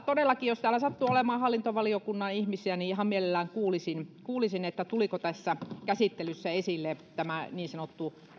todellakin jos täällä sattuu olemaan hallintovaliokunnan ihmisiä niin ihan mielelläni kuulisin kuulisin tuliko tässä käsittelyssä esille tämä niin sanottu